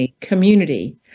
community